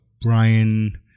Brian